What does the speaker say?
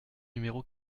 numéro